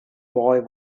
boy